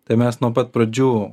tai mes nuo pat pradžių